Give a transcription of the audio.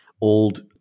old